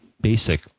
basic